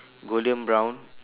golden brown